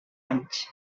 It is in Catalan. anys